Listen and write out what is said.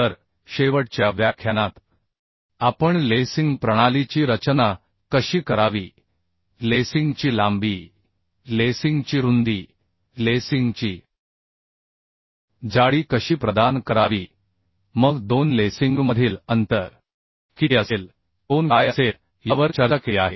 तर शेवटच्या व्याख्यानात आपण लेसिंग प्रणालीची रचना कशी करावी लेसिंगची लांबी लेसिंगची रुंदी लेसिंगची जाडी कशी प्रदान करावी मग दोन लेसिंगमधील अंतर किती असेल कोन काय असेल यावर चर्चा केली आहे